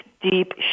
deep